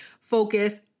focus